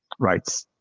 rights,